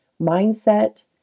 mindset